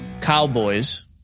Cowboys